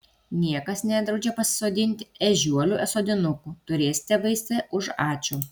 niekas nedraudžia pasisodinti ežiuolių sodinukų turėsite vaistą už ačiū